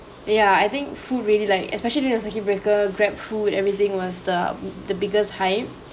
yeah I think food really like especially during a circuit breaker GrabFood everything was the the biggest hype